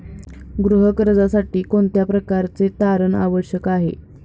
गृह कर्जासाठी कोणत्या प्रकारचे तारण आवश्यक आहे?